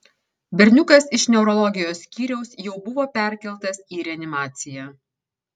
berniukas iš neurologijos skyriaus jau buvo perkeltas į reanimaciją